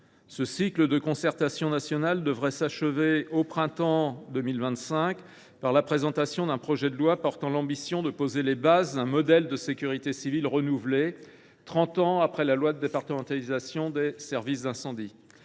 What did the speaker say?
Ce cycle de concertation nationale devrait s’achever au printemps 2025 par la présentation d’un projet de loi portant l’ambition de « poser les bases d’un modèle de sécurité civile renouvelé », trente ans après la loi de départementalisation des services d’incendie.